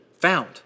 found